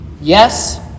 Yes